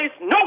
no